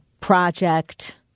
project